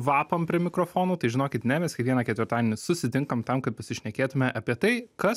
vapam prie mikrofonų tai žinokit ne mes kiekvieną ketvirtadienį susitinkam tam kad pasišnekėtume apie tai kas